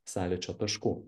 sąlyčio taškų